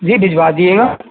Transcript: جی بھجوا دیجے گا